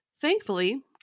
Thankfully